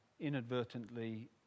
inadvertently